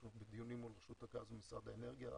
אנחנו בדיונים מול רשות הגז, משרד האנרגיה בנושא.